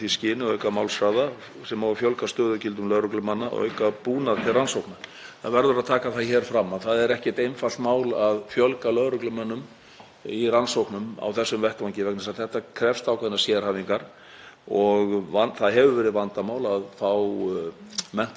í rannsóknum á þessum vettvangi vegna þess að þetta krefst ákveðinnar sérhæfingar. Það hefur verið vandamál að fá menntaða lögreglumenn til starfa sem hafa getað farið inn í svona framhaldsmenntun og hafa reynslu á þessu sviði. En það er verið að bregðast við því einnig.